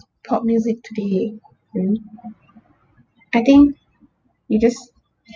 pop music today hmm I think you just